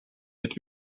mit